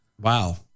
Wow